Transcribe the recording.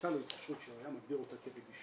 הייתה לו התקשרות שהיה מגדיר אותה כרגישה,